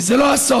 וזה לא הסוף.